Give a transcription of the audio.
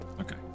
Okay